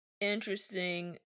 interesting